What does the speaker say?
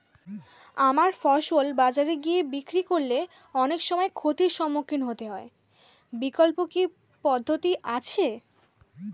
আমার ফসল বাজারে গিয়ে বিক্রি করলে অনেক সময় ক্ষতির সম্মুখীন হতে হয় বিকল্প কি পদ্ধতি আছে?